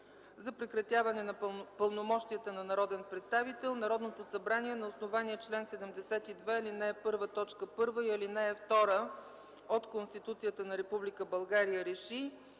за прекратяване на пълномощията на народен представител Народното събрание на основание чл. 72, ал. 1, т. 1 и ал. 2 от Конституцията на Република